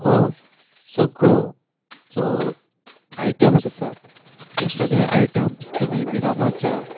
हे सगळे जे आयटम्स आसात हे सगळे आयटम्स तुमी मिरामारच्या